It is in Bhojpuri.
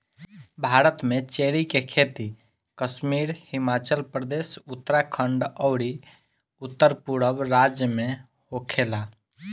भारत में चेरी के खेती कश्मीर, हिमाचल प्रदेश, उत्तरखंड अउरी उत्तरपूरब राज्य में होखेला